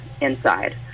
inside